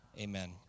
amen